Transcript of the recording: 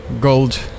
gold